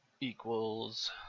equals